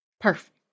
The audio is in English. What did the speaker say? Perfect